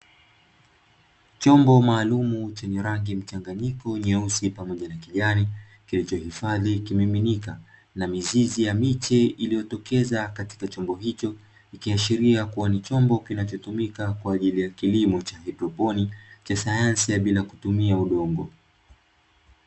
Chombo maalumu chenye rangi mchanganyiko nyeusi pamoja na kijani, kilichohifadhi kimiminika na mizizi ya miti iliyochomoza katika chombo hicho, ikiashiria kuwa ni chombo kinachotumika kwa ajili ya kilimo cha haidroponi cha sayansi bila kutumia udongo.